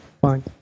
fine